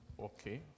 Okay